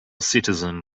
citizen